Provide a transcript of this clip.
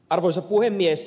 arvoisa puhemies